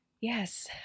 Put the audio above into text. Yes